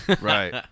Right